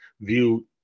view